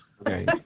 Okay